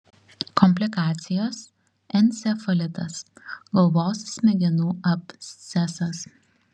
komplikacijos encefalitas galvos smegenų abscesas